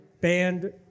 banned